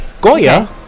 Goya